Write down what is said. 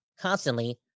constantly